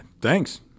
Thanks